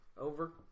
Over